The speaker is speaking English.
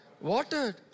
watered